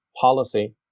policy